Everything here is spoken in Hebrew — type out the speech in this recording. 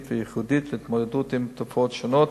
וייחודית להתמודדות עם תופעות שונות